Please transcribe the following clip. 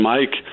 Mike